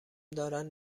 دارن